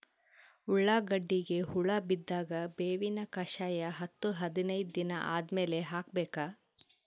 ಉಳ್ಳಾಗಡ್ಡಿಗೆ ಹುಳ ಬಿದ್ದಾಗ ಬೇವಿನ ಕಷಾಯ ಹತ್ತು ಹದಿನೈದ ದಿನ ಆದಮೇಲೆ ಹಾಕಬೇಕ?